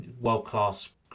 world-class